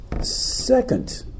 second